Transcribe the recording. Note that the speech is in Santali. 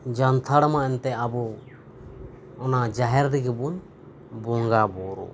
ᱡᱟᱱᱛᱷᱟᱲ ᱢᱟ ᱮᱱᱛᱮ ᱟᱵᱚ ᱚᱱᱟ ᱡᱟᱦᱮᱨ ᱨᱮᱜᱮ ᱵᱚᱱ ᱵᱚᱸᱜᱟ ᱵᱩᱨᱩᱜ